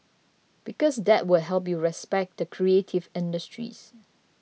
because that will help you respect the creative industries